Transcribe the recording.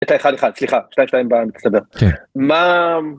אתה אחד אחד סליחה שתיים שתיים במיצטבר.